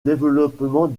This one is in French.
développement